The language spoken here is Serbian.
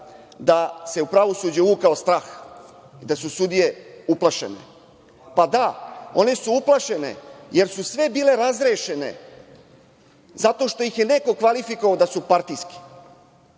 da se u pravosuđe uvukao strah, da su sudije uplašene. Pa, da, one su uplašene jer su sve bile razrešene, zato što ih je neko kvalifikovao da su partijski,